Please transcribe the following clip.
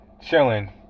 chilling